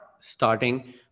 Starting